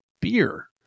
beer